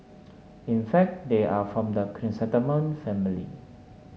in fact they are from the chrysanthemum family